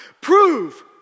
Prove